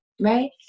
Right